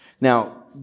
Now